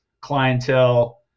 clientele